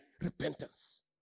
repentance